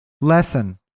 Lesson